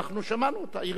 היא רשומה גם בפרוטוקול.